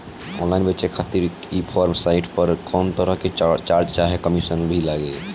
Online बेचे खातिर e commerce site पर कौनोतरह के चार्ज चाहे कमीशन भी लागी?